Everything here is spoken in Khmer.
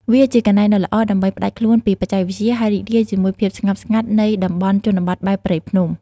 វាជាកន្លែងដ៏ល្អដើម្បីផ្ដាច់ខ្លួនពីបច្ចេកវិទ្យា ហើយរីករាយជាមួយ ភាពស្ងប់ស្ងាត់ នៃតំបន់ជនបទបែបព្រៃភ្នំ។